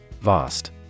Vast